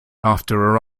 after